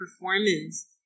performance